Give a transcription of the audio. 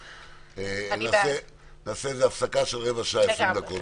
נעשה הפסקה של 15 20 דקות.